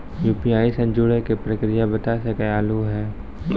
UPI से जुड़े के प्रक्रिया बता सके आलू है?